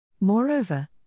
Moreover